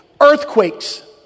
Earthquakes